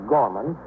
Gorman